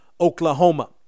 Oklahoma